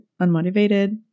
unmotivated